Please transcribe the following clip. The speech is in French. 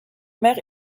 mer